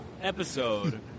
episode